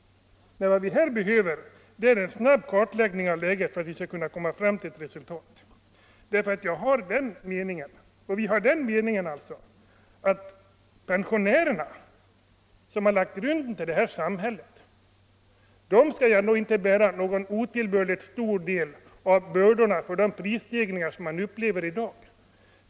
Vad vi behöver är en snabb kartläggning av läget för att komma fram till ett resultat. Pensionärerna, som har lagt grunden till dagens samhälle, skall inte bära en otillbörligt stor del av bördorna för de prisstegringar som vi upplever i dag.